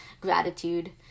gratitude